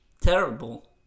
terrible